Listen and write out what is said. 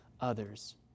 others